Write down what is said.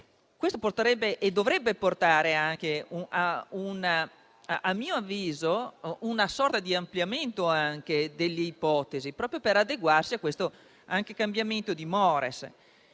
Questo potrebbe e dovrebbe portare - a mio avviso - a una sorta di ampliamento delle ipotesi, proprio per adeguarsi a questo cambiamento di *mores*;